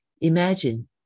Imagine